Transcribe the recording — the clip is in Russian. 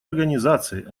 организации